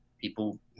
people